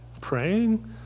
Praying